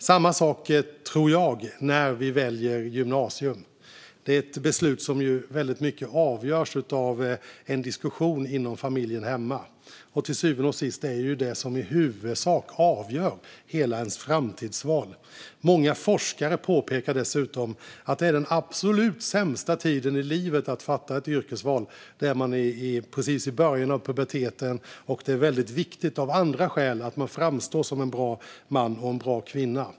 Samma sak tror jag sker när vi väljer gymnasium. Det är ett beslut som väldigt mycket avgörs av en diskussion hemma inom familjen, och till syvende och sist är det ett beslut som i huvudsak avgör hela ens framtidsval. Många forskare påpekar dessutom att det är den absolut sämsta tiden i livet att fatta ett beslut om yrkesval när man är precis i början av puberteten och det är viktigt av andra skäl att man framstår som en bra man eller en bra kvinna.